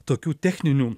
tokių techninių